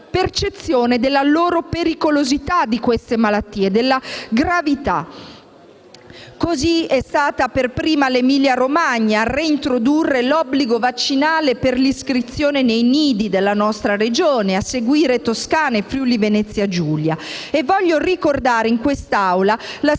percezione della pericolosità di queste malattie, della loro gravità. Così, è stata per prima l'Emilia-Romagna a reintrodurre l'obbligo vaccinale per l'iscrizione nei nidi della Regione, a seguire Toscana e Friuli-Venezia Giulia. Vorrei ricordare in quest'Aula la